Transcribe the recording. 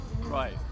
Right